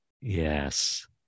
Yes